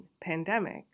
pandemic